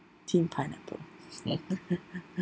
team pineapple